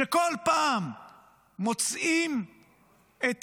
שכל פעם מוצאים את